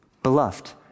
Beloved